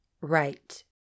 right